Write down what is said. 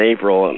April